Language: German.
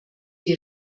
die